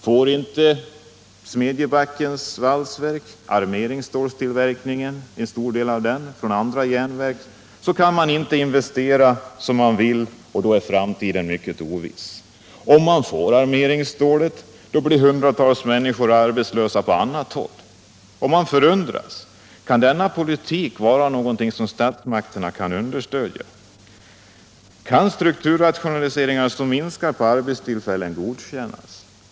Får inte Smedjebackens valsverk en stor del av armeringsståltillverkningen från andra järnverk så kan man inte investera som man vill, och då är framtiden mycket oviss. Om man får armeringsstålet, blir hundratals människor arbetslösa på annat håll. Är denna politik någonting som statsmakterna kan understödja? Kan strukturrationaliseringar som minskar på arbetstillfällena godkännas?